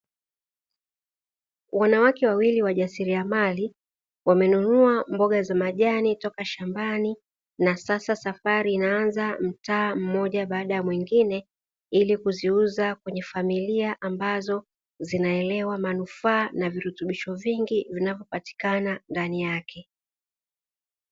wanawake wawili wajasilia mali wamenununua mboga za majani toka shambani, na sasa safari inaanza mtaa mmoja baada ya mwingine ili kuziuza kwenye familia ambazo zinazelewa manufaa na virutubisho vingi vinavyo patikana ndani yake.